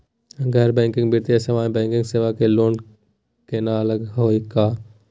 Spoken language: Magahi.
गैर बैंकिंग वित्तीय सेवाएं, बैंकिंग सेवा स केना अलग होई हे?